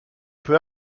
peu